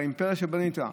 באימפריה שבנית?